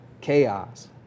Chaos